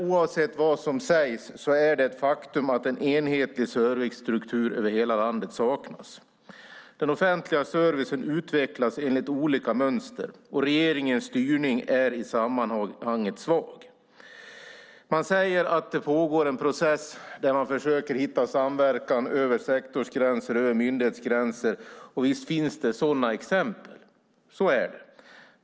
Oavsett vad som sägs är det tyvärr ett faktum att en enhetlig servicestruktur över hela landet saknas. Den offentliga servicen utvecklas enligt olika mönster, och regeringens styrning är i sammanhanget svag. Man säger att det pågår en process där man försöker hitta samverkan över sektorsgränser och myndighetsgränser. Och visst finns det sådana exempel; så är det.